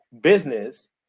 business